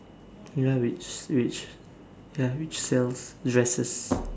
ya which which ya which sells dresses